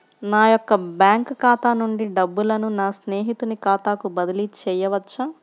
నా యొక్క బ్యాంకు ఖాతా నుండి డబ్బులను నా స్నేహితుని ఖాతాకు బదిలీ చేయవచ్చా?